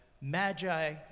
magi